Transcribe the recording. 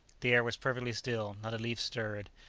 the air was perfectly still not a leaf stirred,